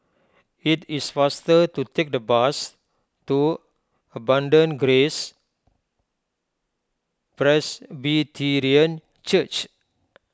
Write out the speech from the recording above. it is faster to take the bus to Abundant Grace Presbyterian Church